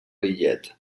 lillet